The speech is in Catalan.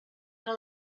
que